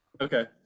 Okay